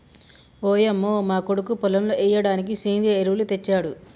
ఓయంమో మా కొడుకు పొలంలో ఎయ్యిడానికి సెంద్రియ ఎరువులు తెచ్చాడు